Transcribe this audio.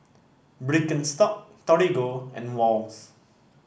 Birkenstock Torigo and Wall's